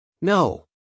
No